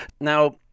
now